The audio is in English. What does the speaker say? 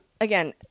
again